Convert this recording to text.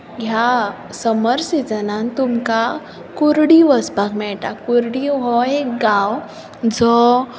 ह्या समर सिजनांत तुमकां कुर्डी वचपाक मेळटा कुर्डी हो एक गांव जो